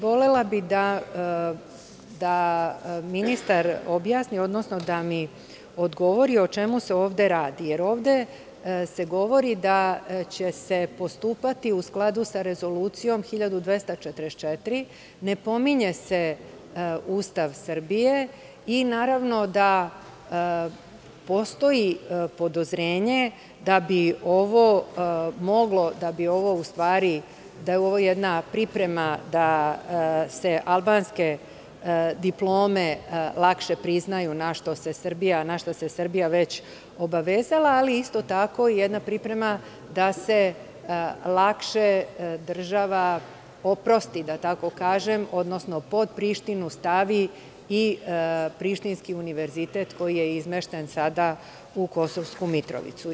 Volela bih da ministar objasni, odnosno da mi odgovori o čemu se ovde radi, jer ovde se govori da će se postupati u skladu sa Rezolucijom 1244, ne pominje se Ustav Srbije i, naravno, postoji podozrenje da je ovo jedna priprema da se albanske diplome lakše priznaju, a na šta se Srbija već obavezala, ali isto tako jedna priprema da se lakše država oprosti, da tako kažem, odnosno pod Prištinu stavi Prištinski univerzitet koji je izmešten sada u Kosovsku Mitrovicu.